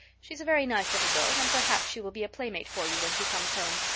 she's a very nice little girl, and perhaps she will be a playmate for you when she comes home.